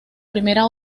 primera